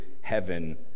heaven